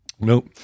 Nope